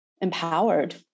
Empowered